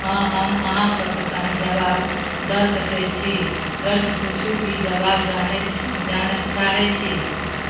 हँ हम अहाँके प्रस्नक जबाव दऽ सकय छी प्रश्न पूछू की जबाव जानय जानय चाहय छी